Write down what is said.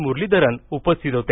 मुरलीधरन उपस्थित होते